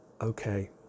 okay